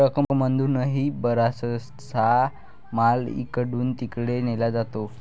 ट्रकमधूनही बराचसा माल इकडून तिकडे नेला जातो